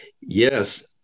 Yes